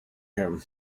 him